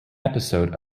episode